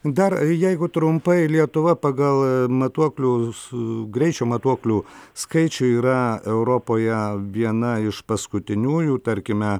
dar jeigu trumpai lietuva pagal matuoklius greičio matuoklių skaičių yra europoje viena iš paskutiniųjų tarkime